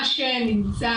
מה שנמצא,